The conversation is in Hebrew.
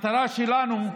שלנו: